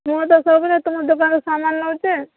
ମୁଁ ତ ସବୁବେଳେ ତୁମ ଦୋକାନରୁ ସାମାନ ନେଉଛି